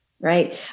right